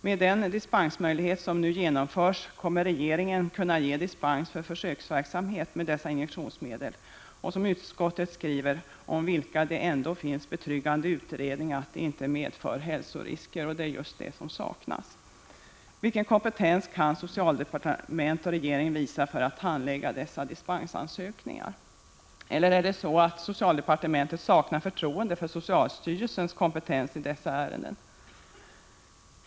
Med den dispensmöjlighet som nu genomförs, kommer regeringen att kunna ge dispens för försöksverksamhet med injektionsmedel om vilka utskottet skriver att det ”finns betryggande utredning att de inte medför hälsorisker”. Men det är just det som saknas. Vilken kompetens har socialdepartement och regering för att handlägga dessa dispensansökningar? Eller saknar socialdepartementet förtroende för socialstyrelsens kompetens i dessa ärenden?